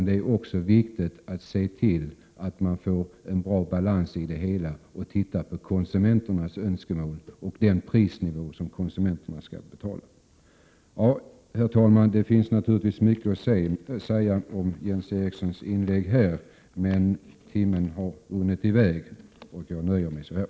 Det är också viktigt att se till att det blir en bra balans. Man behöver se på konsumenternas önskemål och nivån på de priser som konsumenterna skall betala. Herr talman! Det finns naturligtvis mycket att säga om Jens Erikssons inlägg, men tiden har runnit iväg och jag nöjer mig med detta.